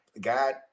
God